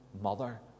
mother